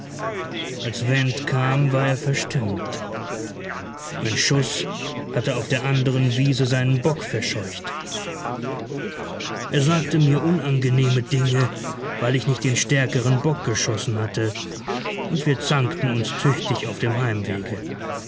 als went kam war er verstimmt mein schuß hatte auf der anderen wiese seinen bock verscheucht er sagte mir unangenehme dinge weil ich nicht den stärkeren bock geschossen hatte und wir zankten uns tüchtig auf dem heimwege